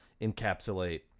encapsulate